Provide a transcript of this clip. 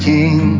King